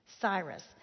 Cyrus